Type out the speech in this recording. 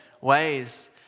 ways